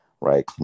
right